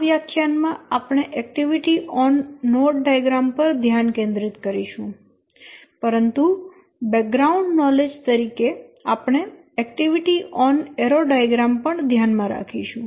આ વ્યાખ્યાન માં આપણે એક્ટિવિટી ઓન નોડ ડાયાગ્રામ પર ધ્યાન કેન્દ્રિત કરીશું પરંતુ બ્રેકગ્રાઉન્ડ નોલેજ તરીકે આપણે એક્ટિવિટી ઓન એરો ડાયાગ્રામ પણ ધ્યાનમાં રાખીશું